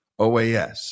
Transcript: OAS